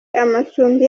amacumbi